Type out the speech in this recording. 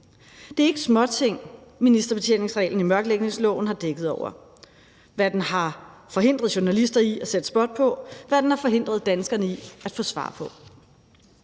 Det er ikke småting, ministerbetjeningsreglen i mørklægningsloven har dækket over, hvad den har forhindret journalister i at sætte spot på, og hvad den har forhindret danskerne i at få svar på.